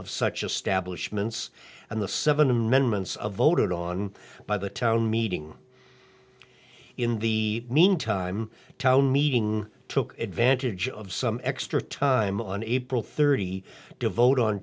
mints and the seven amendments of voted on by the town meeting in the meantime town meeting took advantage of some extra time on april thirty to vote on